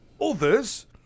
others